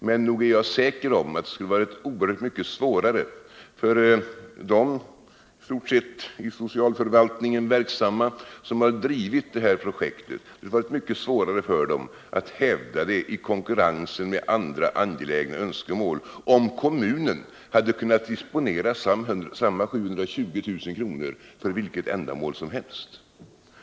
Men jag är säker på att det hade varit oerhört mycket svårare för de inom socialförvaltningen verksamma som har drivit detta projekt att hävda det i konkurrensen med andra angelägna önskemål, om kommunen kunnat disponera samma 720 000 kr. för vilket ändamål som helst.